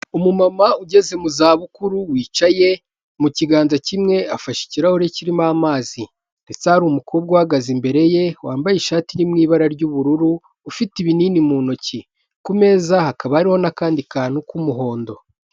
Umu mama ugeze mu za bukuru wicaye mu kiganza kimwe afashe ikirahure kirimo amazi ndetse hari umukobwa uhagaze imbere ye wambaye ishati iri mu ibara ry'ubururu ufite ibinini mu ntoki, ku meza hakaba hariho n'akandi kantu k'umuhondo.